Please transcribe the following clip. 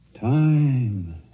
Time